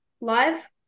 Live